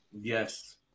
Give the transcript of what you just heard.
Yes